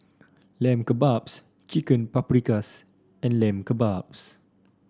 Lamb Kebabs Chicken Paprikas and Lamb Kebabs